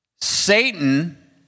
Satan